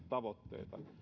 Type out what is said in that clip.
tavoitteita